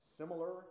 similar